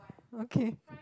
okay